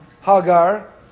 Hagar